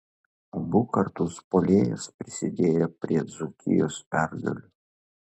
abu kartus puolėjas prisidėjo prie dzūkijos pergalių